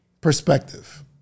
perspective